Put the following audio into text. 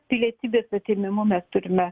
pilietybės atėmimo mes turime